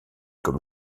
comme